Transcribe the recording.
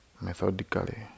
methodically